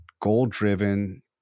goal-driven